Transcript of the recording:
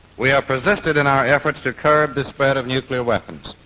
we have persisted in our efforts to curb the spread of nuclear weapons.